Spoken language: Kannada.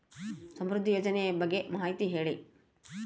ಸಮೃದ್ಧಿ ಯೋಜನೆ ಬಗ್ಗೆ ಮಾಹಿತಿ ಹೇಳಿ?